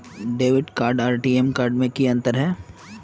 Debit card आर ATM card में की अंतर है?